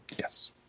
Yes